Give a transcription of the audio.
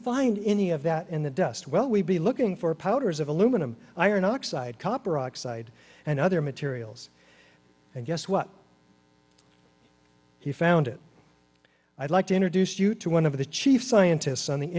find any of that in the dust well we'd be looking for powders of aluminum iron oxide copper oxide and other materials and guess what he found it i'd like to introduce you to one of the chief scientists on the